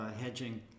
hedging